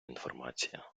інформація